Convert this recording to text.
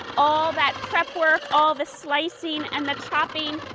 all that prep work all the slicing. and the chopping.